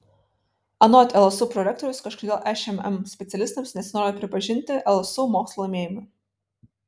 anot lsu prorektoriaus kažkodėl šmm specialistams nesinori pripažinti lsu mokslo laimėjimų